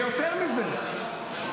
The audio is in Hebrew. ויותר מזה,